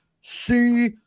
see